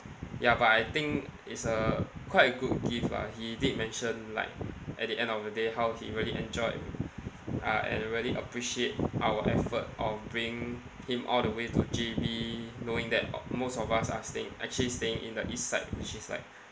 ya but I think it's a quite a good gift lah he did mention like at the end of the day how he really enjoyed uh and really appreciate our effort of bringing him all the way to J_B knowing that most of us are staying actually staying in the east side which is like